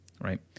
right